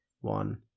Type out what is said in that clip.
one